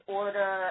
order